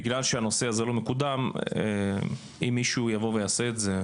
בגלל שהנושא הזה לא מקודם אז אם מישהו יבוא ויעשה את זה,